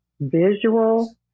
visual